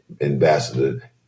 Ambassador